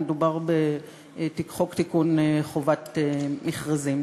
מדובר בחוק לתיקון חוק חובת המכרזים.